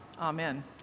Amen